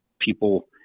people